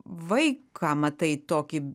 vaiką matai tokį